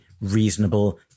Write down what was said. reasonable